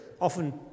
often